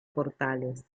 portales